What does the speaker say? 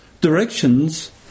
directions